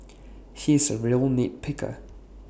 he is A real nit picker